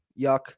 yuck